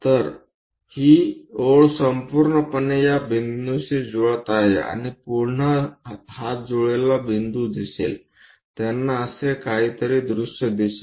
तर ही ओळ संपूर्णपणे या बिंदूशी जुळत आहे आणि पुन्हा हा जुळलेला बिंदू दिसेल त्यांना असे काहीतरी दृश्य दिसेल